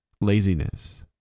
laziness